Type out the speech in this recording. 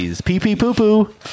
Pee-pee-poo-poo